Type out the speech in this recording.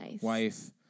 wife